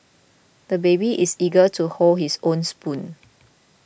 the baby is eager to hold his own spoon